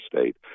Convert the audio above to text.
state